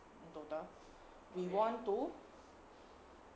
in total we won two